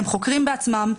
הם חוקרים בעצמם,